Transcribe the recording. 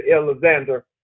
Alexander